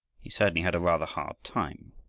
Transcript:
he certainly had a rather hard time.